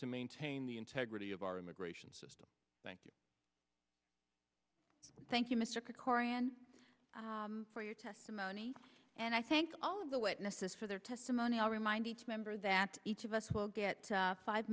to maintain the integrity of our immigration system thank you thank you mr krikorian for your testimony and i thank all of the witnesses for their testimony all remind each member that each of us will get five